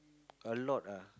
a lot ah